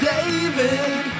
David